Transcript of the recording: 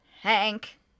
Hank